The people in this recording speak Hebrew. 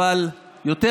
אבל ביבי.